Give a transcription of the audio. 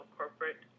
corporate